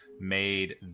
made